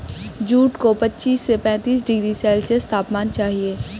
jute को पच्चीस से पैंतीस डिग्री सेल्सियस तापमान चाहिए